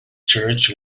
church